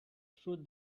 through